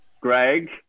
Greg